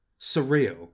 surreal